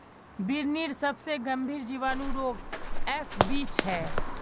बिर्निर सबसे गंभीर जीवाणु रोग एफ.बी छे